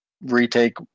retake